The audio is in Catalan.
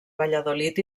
valladolid